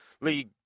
League